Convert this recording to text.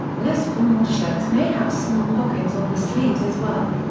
less formal shirts may have small pockets on the sleeves as well.